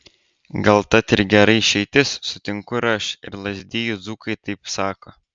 gal tat ir gera išeitis sutinku aš ir lazdijų dzūkai taip sako